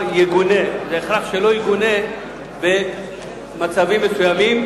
"יגונה"; זה הכרח שלא יגונה במצבים מסוימים.